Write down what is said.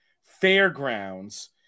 fairgrounds